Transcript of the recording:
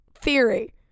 theory